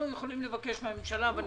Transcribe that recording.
תעשה ועדת חקירה ממלכתית.